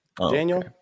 Daniel